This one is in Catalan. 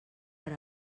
per